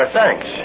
thanks